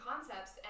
concepts